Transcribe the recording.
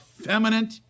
feminine